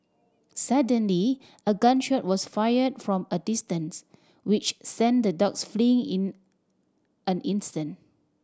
suddenly a gun shot was fired from a distance which sent the dogs flee in an instant